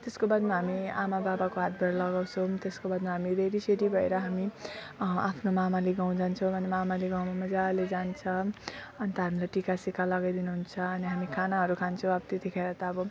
त्यसको बादमा हामी आमा बाबाको हातबाट लगाउँछौँ त्यसको बादमा हामी रेडी सेडी भएर हामी आफ्नो मावली गाउँ जान्छौँ अनि मावली गाउँमा मजाले जान्छौँ अन्त हामीलाई टिका सिका लगाइदिनु हुन्छ अनि हामी खानाहरू खान्छौँ अब त्यतिखेर त अब